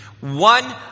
One